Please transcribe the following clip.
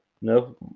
No